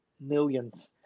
millions